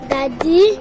Daddy